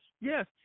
yes